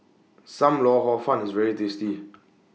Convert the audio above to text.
SAM Lau Hor Fun IS very tasty